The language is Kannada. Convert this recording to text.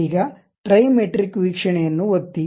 ಈಗ ಟ್ರಿಮೆಟ್ರಿಕ್ ವೀಕ್ಷಣೆಯನ್ನು ಒತ್ತಿ